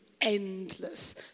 endless